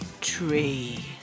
Tree